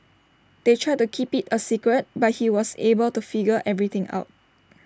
they tried keep IT A secret but he was able to figure everything out